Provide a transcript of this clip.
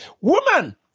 woman